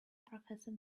professor